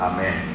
Amen